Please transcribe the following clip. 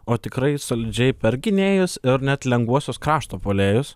o tikrai solidžiai per gynėjus ir net lengvuosius krašto puolėjus